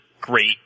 great